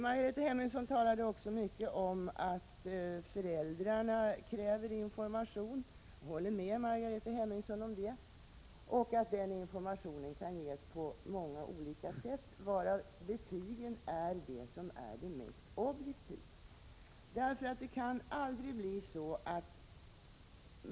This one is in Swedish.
Margareta Hemmingsson talade också mycket om att föräldrarna kräver information, och jag håller med henne om det. Den informationen kan ges på många olika sätt, varav betygen är det mest objektiva. Muntliga samtal kan nämligen aldrig bli objektiva.